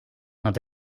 nad